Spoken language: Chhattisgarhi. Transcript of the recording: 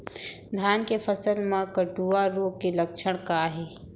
धान के फसल मा कटुआ रोग के लक्षण का हे?